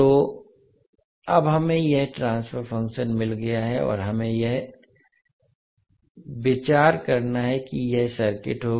तो अब हमें यह ट्रांसफर फंक्शन मिल गया है और हमें यह विचार है कि यह सर्किट होगा